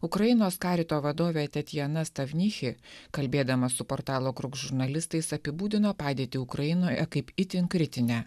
ukrainos karito vadovė tatjana stavnichi kalbėdama su portalo krug žurnalistais apibūdino padėtį ukrainoje kaip itin kritinę